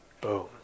Boom